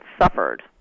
suffered